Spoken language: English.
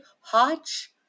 Hodge